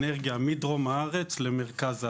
אנרגיה מדרום הארץ למרכז הארץ.